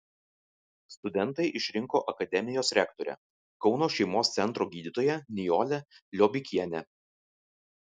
studentai išrinko akademijos rektorę kauno šeimos centro gydytoją nijolę liobikienę